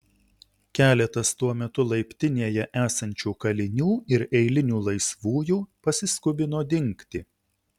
keletas tuo metu laiptinėje esančių kalinių ir eilinių laisvųjų pasiskubino dingti